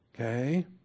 Okay